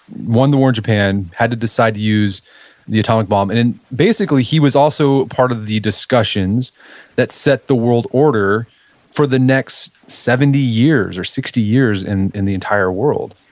won the war in japan, had to decide to use the atomic bomb. and basically, he was also part of the discussions that set the world order for the next seventy years, or sixty years, in in the entire world.